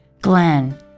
Glenn